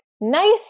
nice